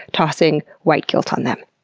tossing white guilt on them.